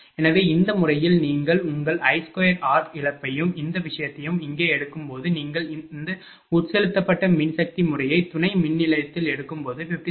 எனவே இந்த முறையில் நீங்கள் உங்கள் I2r இழப்பையும் இந்த விஷயத்தையும் இங்கே எடுக்கும்போது நீங்கள் இந்த உட்செலுத்தப்பட்ட மின்சக்தி முறையை துணை மின்நிலையத்தில் எடுக்கும்போது 57